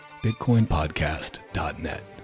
Bitcoinpodcast.net